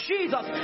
Jesus